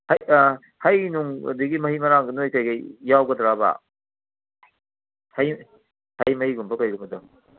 ꯍꯩ ꯅꯨꯡ ꯑꯗꯒꯤ ꯃꯍꯤ ꯃꯔꯥꯡꯗꯣ ꯅꯣꯏ ꯀꯩꯀꯩ ꯌꯥꯎꯒꯗ꯭ꯔꯕ ꯍꯩ ꯍꯩ ꯃꯍꯤꯒꯨꯝꯕ ꯀꯩꯒꯨꯝꯕꯗꯣ